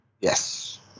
Yes